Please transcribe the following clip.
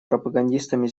пропагандистами